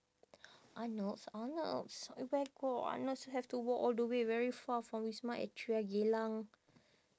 arnolds arnolds where got arnolds have to walk all the way very far from wisma atria geylang